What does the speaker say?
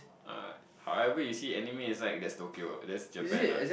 ah however you see anime is like that's Tokyo that's Japan ah